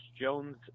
Jones